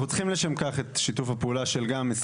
אנחנו צריכים את שיתוף הפעולה של משרד